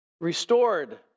restored